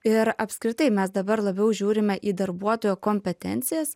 ir apskritai mes dabar labiau žiūrim į darbuotojo kompetencijas